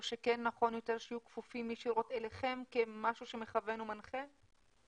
או שכן נכון יותר שיהיו כפופים ישירות אליכם כמשהו שמכוון ומנחה?